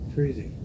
Crazy